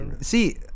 See